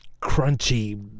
crunchy